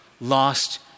lost